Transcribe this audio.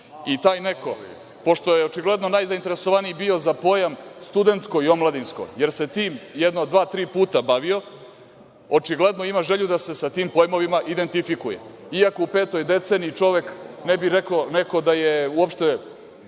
I taj neko, pošto je očigledno najzainteresovaniji bio za pojam „studentsko i omladinsko“, jer se tim jedno dva-tri puta bavio, očigledno ima želju da se sa tim pojmovima identifikuje. Iako u petoj deceniji, čovek ne bi rekao da je uopšte